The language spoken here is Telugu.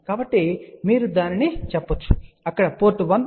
కాబట్టి మీరు దానిని చెప్పగలరు అక్కడ పోర్ట్ 1 ఉంది